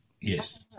Yes